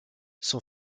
son